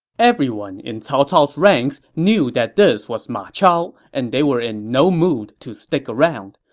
everyone in cao cao's ranks knew that this was ma chao, and they were in no mood to stick around.